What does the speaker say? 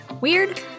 Weird